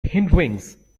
hindwings